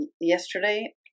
Yesterday